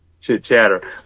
chit-chatter